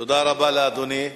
תודה רבה לאדוני.